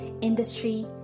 industry